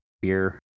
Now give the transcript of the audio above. beer